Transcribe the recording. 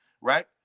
right